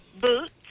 Boots